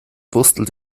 wurstelt